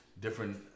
different